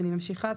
אני ממשיכה.